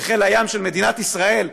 בחיל הים של מדינת ישראל,